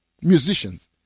musicians